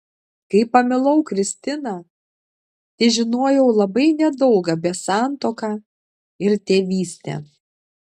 kai pamilau kristiną težinojau labai nedaug apie santuoką ir tėvystę